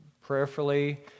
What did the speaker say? prayerfully